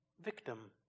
victim